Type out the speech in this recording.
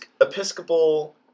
Episcopal